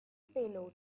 payload